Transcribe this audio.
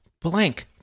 blank